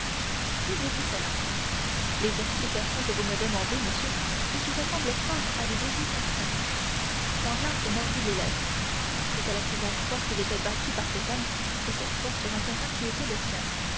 qui vous dit cela les explications que vous me demandez monsieur et qui ressemblent fort à des hésitations danglars se mordit les lèvres c'était la seconde fois qu'il était battu par cet homme et cette fois sur un terrain qui était le sien